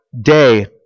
Day